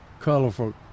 colorful